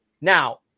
Now